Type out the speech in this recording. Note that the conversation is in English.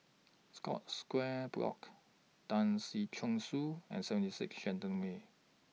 Scotts Square Block Tan Si Chong Su and seventy six Shenton Way